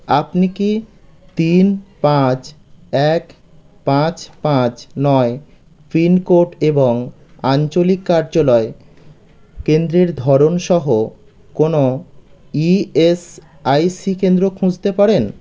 আপনি কি তিন পাঁচ এক পাঁচ পাঁচ নয় পিনকোড এবং আঞ্চলিক কার্যালয় কেন্দ্রের ধরন সহ কোনও ইএসআইসি কেন্দ্র খুঁজতে পারেন